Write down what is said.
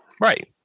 Right